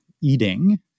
eating